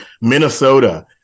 Minnesota